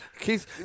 Keith